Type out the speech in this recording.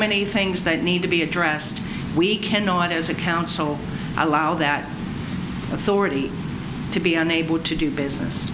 many things that need to be addressed we cannot as a council allow that authority to be unable to do business